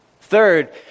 Third